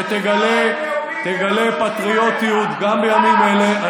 שתגלה פטריוטיות גם בימים אלה.